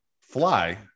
fly